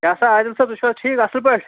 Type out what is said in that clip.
کیٛاہ سا عادِل صٲب تُہۍ چھُوا ٹھیٖک اَصٕل پٲٹھۍ